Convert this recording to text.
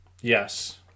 Yes